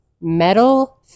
Metal